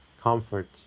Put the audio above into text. comfort